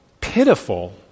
pitiful